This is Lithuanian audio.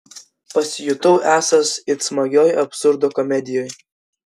pasijutau esąs it smagioj absurdo komedijoj